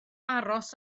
aros